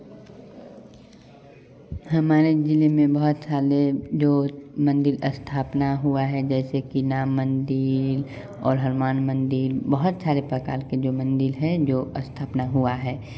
हमारे जिले में बहुत सारे जो मंदिर का स्थापना हुआ है जैसे कि नाम मंदिर और हनुमान मंदिर बहुत सारे प्रकार के जो मंदिर हैं जो स्थापना हुआ है